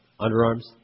underarms